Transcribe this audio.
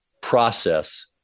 process